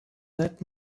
that